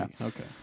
Okay